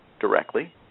directly